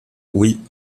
oui